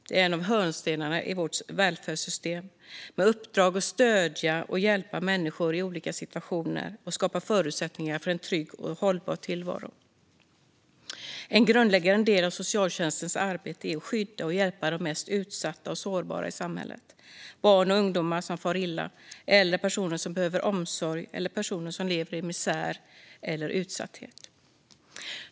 Den är en av hörnstenarna i vårt välfärdssystem med uppdrag att stödja och hjälpa människor i olika situationer och skapa förutsättningar för en trygg och hållbar tillvaro. En grundläggande del av socialtjänstens arbete är att skydda och hjälpa de mest utsatta och sårbara i samhället: barn och ungdomar som far illa, äldre personer som behöver omsorg och personer som lever i misär eller utsatthet.